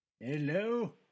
Hello